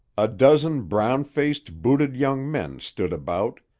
a dozen brown-faced, booted young men stood about,